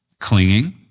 Clinging